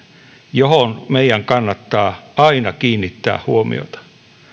johon meidän kannattaa aina kiinnittää huomiota